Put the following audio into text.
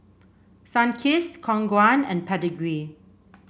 Sunkist Khong Guan and Pedigree